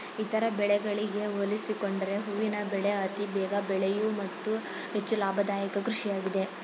ಇತರ ಬೆಳೆಗಳಿಗೆ ಹೋಲಿಸಿಕೊಂಡರೆ ಹೂವಿನ ಬೆಳೆ ಅತಿ ಬೇಗ ಬೆಳೆಯೂ ಮತ್ತು ಹೆಚ್ಚು ಲಾಭದಾಯಕ ಕೃಷಿಯಾಗಿದೆ